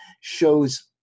shows